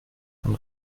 von